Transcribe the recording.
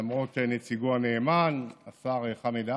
למרות נציגו הנאמן, השר חמד עמאר,